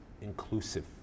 inclusive